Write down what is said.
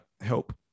help